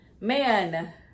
man